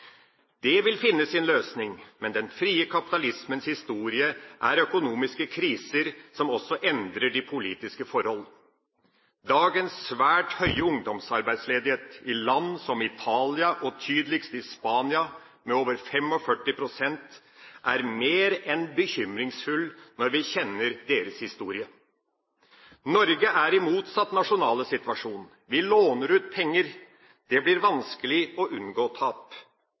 Det vil finne sin løsning, men den frie kapitalismens historie er økonomiske kriser som også endrer de politiske forhold. Dagens svært høye ungdomsarbeidsledighet i land som Italia, og tydeligst i Spania, med over 45 pst., er mer enn bekymringsfull når vi kjenner deres historie. Norge er i motsatt nasjonale situasjon. Vi låner ut penger, det blir vanskelig å unngå tap.